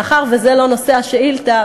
מאחר שזה לא נושא השאילתה,